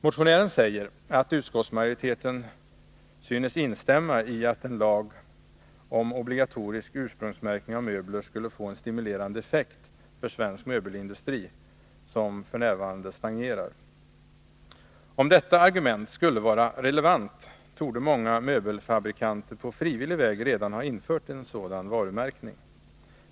Motionären säger att utskottsmajoriteten synes instämma i att en lag om obligatorisk ursprungsmärkning av möbler skulle få en stimulerande effekt för svensk möbelindustri, som f. n. stagnerar. Om detta argument skulle vara relevant, torde många möbelfabrikanter på frivillig väg redan ha infört en sådan varumärkning.